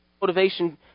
motivation